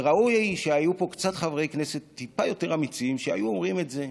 וראוי שהיו פה קצת חברי כנסת טיפה יותר אמיצים שהיו אומרים את זה.